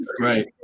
Right